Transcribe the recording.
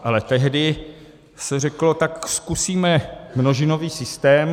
Ale tehdy se řeklo, tak zkusíme množinový systém.